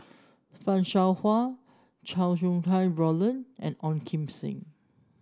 Fan Shao Hua Chow Sau Hai Roland and Ong Kim Seng